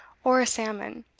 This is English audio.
or a salmon,